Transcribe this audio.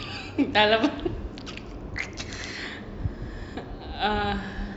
alam ah